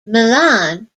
milan